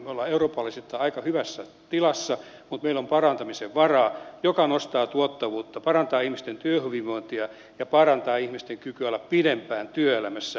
me olemme eurooppalaisittain aika hyvässä tilassa mutta meillä on parantamisen varaa että nostetaan tuottavuutta parannetaan ihmisten työhyvinvointia ja parannetaan ihmisten kykyä olla pidempään työelämässä